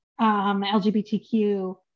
LGBTQ